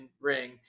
ring